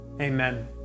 amen